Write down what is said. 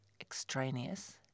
extraneous